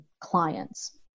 clients